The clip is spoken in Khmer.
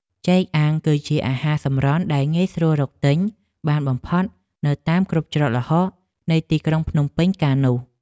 ចេកអាំងគឺជាអាហារសម្រន់ដែលងាយស្រួលរកទិញបានបំផុតនៅតាមគ្រប់ច្រកល្ហកនៃទីក្រុងភ្នំពេញកាលនោះ។